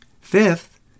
Fifth